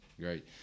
great